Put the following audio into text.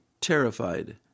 terrified